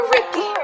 Ricky